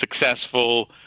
successful